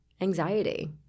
anxiety